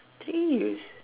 three years